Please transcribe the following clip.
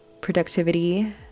productivity